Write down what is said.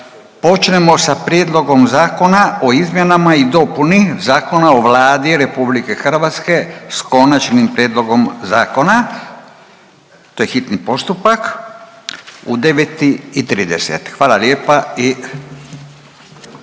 počnemo sa Prijedlogom zakona o izmjenama i dopuni Zakona o Vladi Republike Hrvatske sa Konačnim prijedlogom zakona. To je hitni postupak u 9,30. Hvala lijepa i